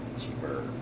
cheaper